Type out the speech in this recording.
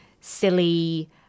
silly